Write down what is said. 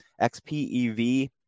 X-P-E-V